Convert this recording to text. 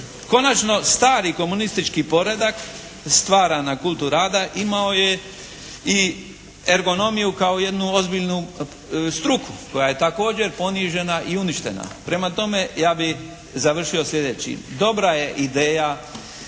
Konačno stari komunistički poredak stvaran na kultu rada imao je i ergonomiju kao jednu ozbiljnu struku koja je također ponižena i uništena. Prema tome ja bih završio sljedećim. Dobra je ideja